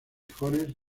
jones